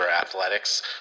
Athletics